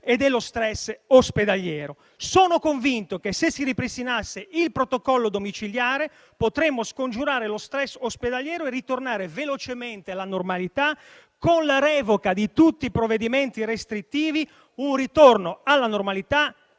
e dello stress ospedaliero. Sono convinto che, se si ripristinasse il protocollo domiciliare, potremmo scongiurare lo stress ospedaliero e ritornare velocemente alla normalità, con la revoca di tutti i provvedimenti restrittivi, un ritorno alla normalità